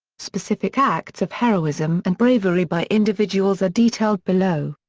specific acts of heroism and bravery by individuals are detailed below.